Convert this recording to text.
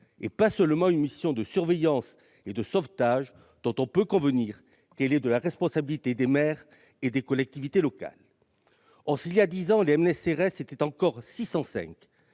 et pas seulement une mission de surveillance et de sauvetage dont on peut convenir qu'elle est de la responsabilité des maires et des collectivités locales. Or si 605 MNS-CRS étaient déployés